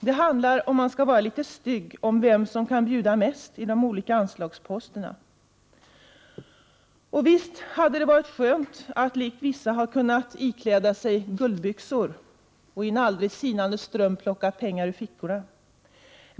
Det handlar, om man skall vara litet stygg, om vem som kan bjuda mest i de olika anslagsposterna. Och visst hade det varit skönt att likt vissa ha kunnat ikläda sig guldbyxor och i en aldrig sinande ström plocka pengar ur fickorna.